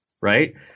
right